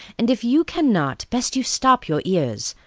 and if you cannot, best you stop your ears.